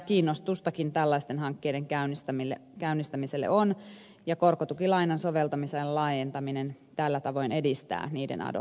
kiinnostustakin tällaisten hankkeiden käynnistämiselle on ja korkotukilainan soveltamisen laajentaminen tällä tavoin edistää niiden aloittamista